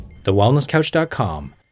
TheWellnessCouch.com